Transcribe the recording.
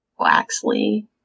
Waxley